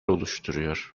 oluşturuyor